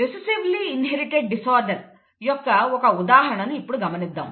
recessively inherited disorder యొక్క ఒక ఉదాహరణను ఇప్పుడు గమనిద్దాం